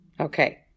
Okay